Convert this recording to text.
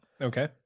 Okay